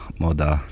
moda